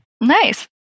Nice